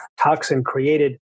toxin-created